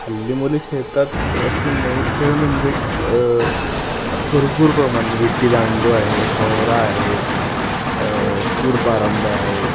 हल्ली मुली खेळतात असे नवे खेळ म्हणजे आता भरपूर प्रमाण विटीदांडू आहे भोवरा आहे सूरपारंब्या आहे